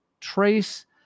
trace